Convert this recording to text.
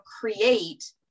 create